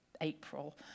April